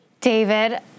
David